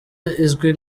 izwi